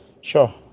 sure